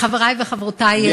חברי וחברותי,